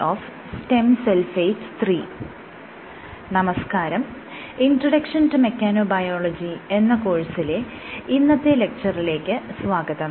'introduction to mechanobiology' എന്ന കോഴ്സിലെ ഇന്നത്തെ ലെക്ച്ചറിലേക്ക് സ്വാഗതം